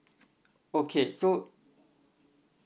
okay so